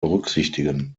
berücksichtigen